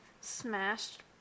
smashed